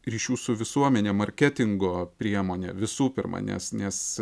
ryšių su visuomene marketingo priemonė visų pirma nes nes